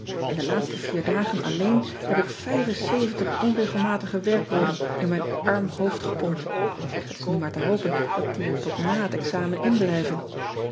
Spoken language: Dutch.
n de laatste vier dagen alleen heb ik onregelmatige werkwoorden in mijn arm hoofd gepompt het is nu maar te hopen dat die er tot na het examen in blijven